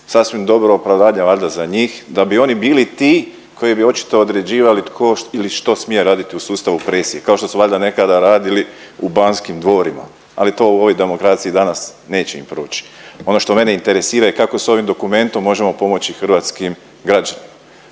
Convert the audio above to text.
sasvim dobro opravdanje valjda za njih, da bi oni bili ti koji bi očito određivali tko ili što smije raditi u sustavu presije, kao što su valjda nekada radili u Banskim dvorima, ali to u ovoj demokraciji danas neće im proći. Ono što mene interesira je kako s ovim dokumentom možemo pomoći hrvatskim građanima?